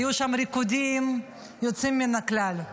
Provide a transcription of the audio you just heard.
היו שם ריקודים יוצאים מן הכלל,